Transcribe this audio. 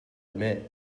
admit